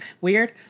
weird